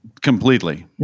Completely